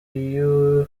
you